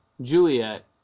Juliet